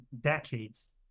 decades